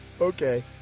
Okay